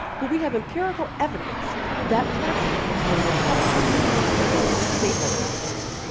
but we have empirical evidence that, for example, when republicans control state legislatures,